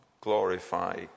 glorify